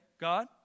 God